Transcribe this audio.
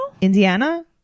indiana